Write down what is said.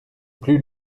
plus